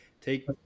take